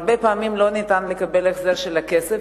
הרבה פעמים לא ניתן לקבל החזר של הכסף,